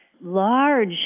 large